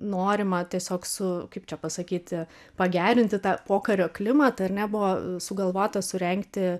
norima tiesiog su kaip čia pasakyti pagerinti tą pokario klimatą ar ne buvo sugalvota surengti